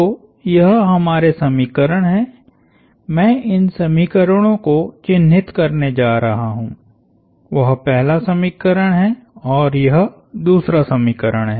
तो यह हमारे समीकरण है मैं इन समीकरणों को चिह्नित करने जा रहा हूं वह पहला समीकरण है और यह दूसरा समीकरण है